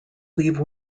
leave